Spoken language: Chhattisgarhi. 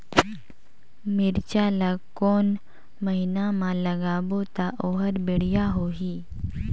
मिरचा ला कोन महीना मा लगाबो ता ओहार बेडिया होही?